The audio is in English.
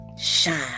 shine